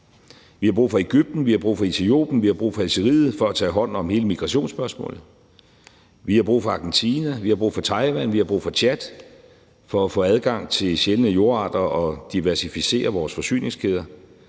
vi har brug for Egypten, vi har brug for Etiopien, og vi har brug for Algeriet, for at tage hånd om hele migrationsspørgsmålet, vi har brug for Argentina, vi har brug for Taiwan, og vi har brug for Tchad, for at få adgang til sjældne jordarter og diversificere vores forsyningskæder.